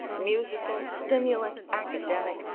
musical, stimulant, academic,